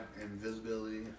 invisibility